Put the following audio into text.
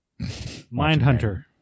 Mindhunter